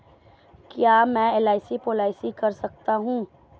क्या मैं LIC policy कर सकता हूं?